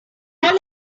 all